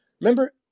Remember